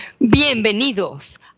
Bienvenidos